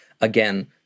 Again